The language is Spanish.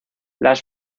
las